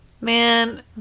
Man